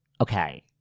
okay